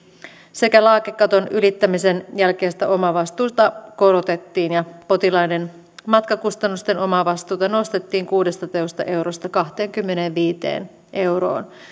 sekä lääkekaton ylittämisen jälkeistä omavastuuta korotettiin ja potilaiden matkakustannusten omavastuuta nostettiin kuudestatoista eurosta kahteenkymmeneenviiteen euroon